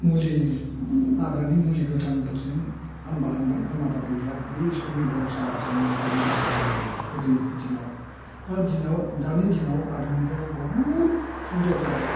मुलि हाग्रानि मुलि गोथांफोरजों हामब्ला हामबाय हामाब्ला गैला बे इसोरनि बरसा खालाना थायोमोन जों गोदोनि दिनाव दा दिनाव दानि दिनाव आदुनिख आव बहुद सुबिदा जाबाय